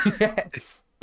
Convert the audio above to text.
Yes